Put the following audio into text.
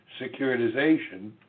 securitization